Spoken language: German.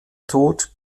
tod